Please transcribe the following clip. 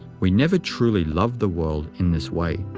we never truly love the world in this way,